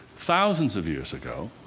thousands of years ago.